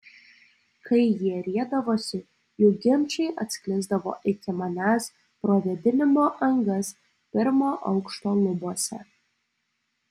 kai jie riedavosi jų ginčai atsklisdavo iki manęs pro vėdinimo angas pirmo aukšto lubose